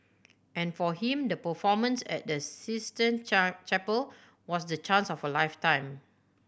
and for him the performance at the Sistine char Chapel was the chance of a lifetime